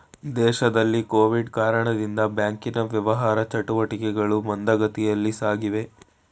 ದೇಶದಲ್ಲಿ ಕೊವಿಡ್ ಕಾರಣದಿಂದ ಬ್ಯಾಂಕಿನ ವ್ಯವಹಾರ ಚಟುಟಿಕೆಗಳು ಮಂದಗತಿಯಲ್ಲಿ ಸಾಗಿವೆ